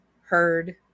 heard